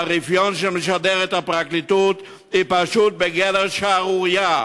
שהרפיון שמשדרת הפרקליטות הוא פשוט בגדר שערורייה.